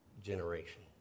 generation